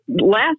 Last